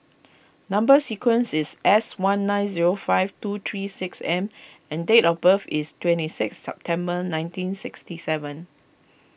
Number Sequence is S one nine zero five two three six M and date of birth is twenty six September nineteen sixty seven